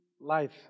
life